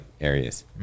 areas